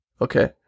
Okay